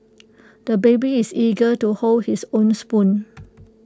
the baby is eager to hold his own spoon